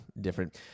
different